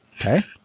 Okay